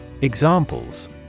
Examples